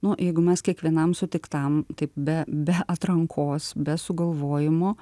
nu jeigu mes kiekvienam sutiktam taip be be atrankos be sugalvojimo